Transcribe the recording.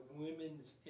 women's